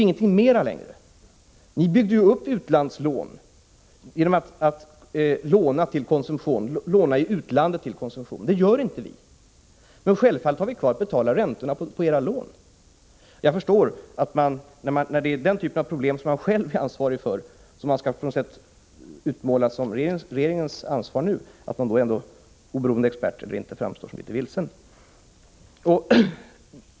Ni byggde däremot upp utlandsskulden genom att låna i utlandet till konsumtion. Det gör inte vi, men självfallet har vi kvar att betala räntorna på era lån. Jag förstår att man när man försöker utmåla den typen av problem, som man själv är ansvarig för, som regeringens ansvar framstår som litet vilsen — oberoende expert eller inte.